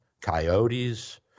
coyotes